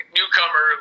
newcomer